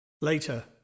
Later